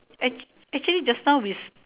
act actually just now with